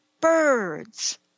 birds